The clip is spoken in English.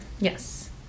Yes